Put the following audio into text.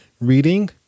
reading